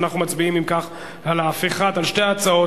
אנחנו מצביעים, אם כך, על שתי ההצעות.